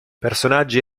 personaggi